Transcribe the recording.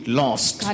lost